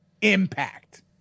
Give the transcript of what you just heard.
impact